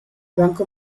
banco